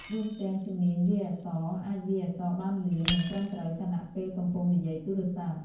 រួមទាំង ជំនាញវាយអក្សរ អាចវាយអក្សរបានលឿន និងត្រឹមត្រូវខណៈពេលកំពុងនិយាយទូរស័ព្ទ។